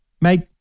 make